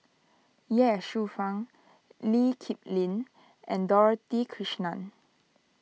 Ye Shufang Lee Kip Lin and Dorothy Krishnan